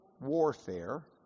warfare